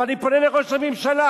ואני פונה לראש הממשלה.